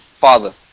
father